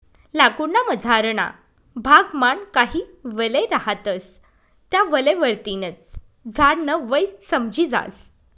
लाकूड ना मझारना भाग मान काही वलय रहातस त्या वलय वरतीन च झाड न वय समजी जास